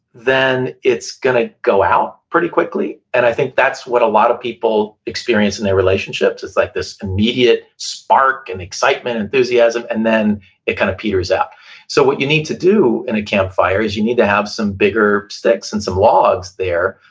then it's going to go out pretty quickly, and i think that's what a lot of people experience in their relationships, it's like this immediate spark, and excitement, enthusiasm, and then it kind of peters out so what you need to do in a campfire, is you need to have some bigger sticks and some logs there,